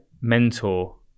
mentor